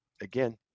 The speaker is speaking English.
again